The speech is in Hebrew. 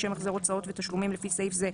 לשם החזר הוצאות ותשלומים לפי סעיף זה,